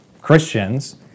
Christians